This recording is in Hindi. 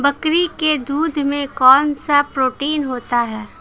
बकरी के दूध में कौनसा प्रोटीन होता है?